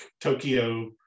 Tokyo